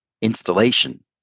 installation